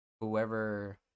whoever